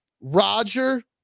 Roger